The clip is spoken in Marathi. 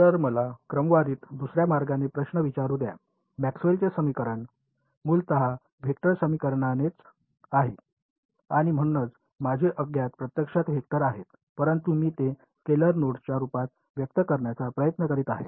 तर मला क्रमवारीत दुसर्या मार्गाने प्रश्न विचारू द्या मॅक्सवेलची समीकरणे मूलत वेक्टर समीकरणेच आहेत आणि म्हणूनच माझे अज्ञात प्रत्यक्षात वेक्टर आहेत परंतु मी ते स्केलर नोड्सच्या रूपात व्यक्त करण्याचा प्रयत्न करीत आहे